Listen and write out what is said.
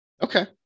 Okay